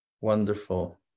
Wonderful